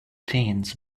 teens